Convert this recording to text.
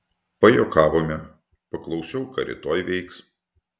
pajuokavome paklausiau ką rytoj veiks